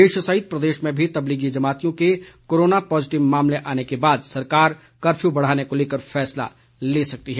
देश सहित प्रदेश में भी तबलीगी जमातियों के कोरोना पॉजिटिव मामले आने के बाद सरकार कर्फ्यू बढ़ाने को लेकर फैसला ले सकती है